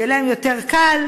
ויהיה להן יותר קל,